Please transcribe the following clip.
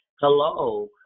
Hello